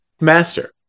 master